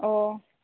ஓ